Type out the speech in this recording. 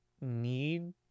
need